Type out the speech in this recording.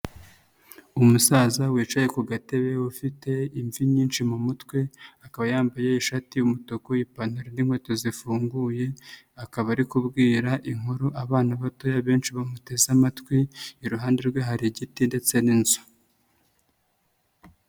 Umusaza wicaye ku gatebe ufite imvi nyinshi mu mutwe, akaba yambaye ishati y'umutuku ipantaro n'inkweto zifunguye, akaba ari kubwira inkuru abana batoya benshi bamuteze amatwi, iruhande rwe hari igiti ndetse n'inzu.